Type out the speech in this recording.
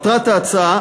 מטרת ההצעה